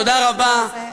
תודה רבה,